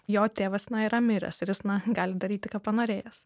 jo tėvas na yra miręs ir jis na gali daryti ką panorėjęs